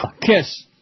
kiss